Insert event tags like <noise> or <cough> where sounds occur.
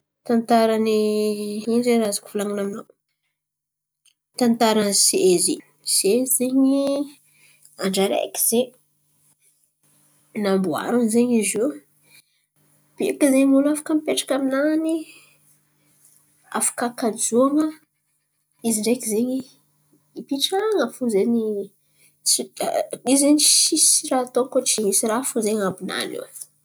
Tantarany, <hesitation> ino zen̈y raha azoko volan̈ina aminao? Tantara ny sezy, sezy andra areky zen̈y, namboariny zen̈y izy io. Mety zen̈y olo afaka mipetraka aminany, afaka kajoan̈a, izy ndreky zen̈y, ipitrana fo zen̈y tsy- izy izen̈y tsy raha atao koa tsy raha fo an̈abo nany ao.